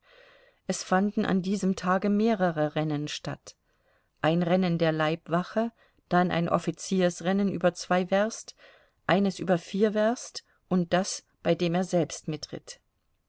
es fanden an diesem tage mehrere rennen statt ein rennen der leibwache dann ein offiziersrennen über zwei werst eines über vier werst und das bei dem er selbst mitritt